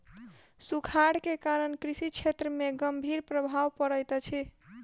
सूखाड़ के कारण कृषि क्षेत्र में गंभीर प्रभाव पड़ैत अछि